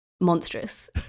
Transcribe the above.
monstrous